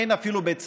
אין אפילו בית ספר.